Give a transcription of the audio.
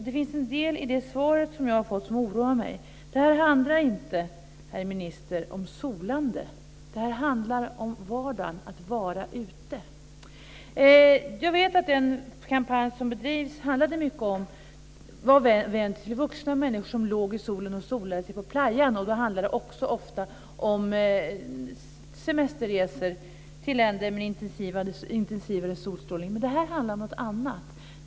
Det finns en del i det svar som jag har fått som oroar mig. Det här handlar inte, herr minister, om solande. Det här handlar om vardagen, om att vara ute. Jag vet att den kampanj som bedrivits var vänd till vuxna människor som låg i solen och solade sig på playan. Det handlade också ofta om semesterresor till länder med intensivare solstrålning. Men det här handlar om något annat.